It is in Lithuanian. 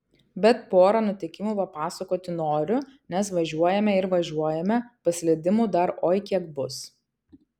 bet porą nutikimų papasakoti noriu nes važiuojame ir važiuojame paslydimų dar oi kiek bus